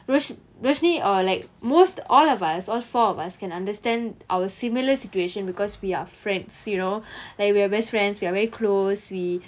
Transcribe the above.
rush~ rushini or like most all of us all four of us can understand our similar situation because we are friends you know like we are best friends we are very close we